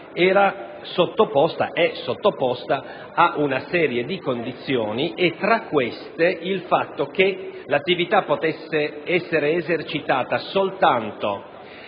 era ed è tuttora sottoposta ad una serie di condizioni, tra cui il fatto che l'attività possa essere esercitata soltanto